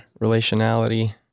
relationality